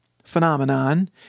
phenomenon